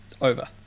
Over